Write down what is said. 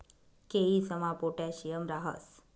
केयीसमा पोटॅशियम राहस